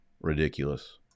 ridiculous